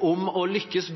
om å lykkes